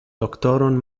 doktoron